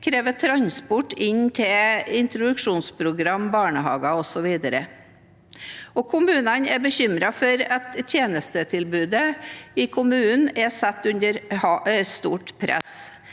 krever transport inn til introduksjonsprogram, barnehager osv. Kommunene er bekymret for at tjenestetilbudet i kommunene er satt under stort press